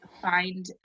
find